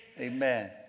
Amen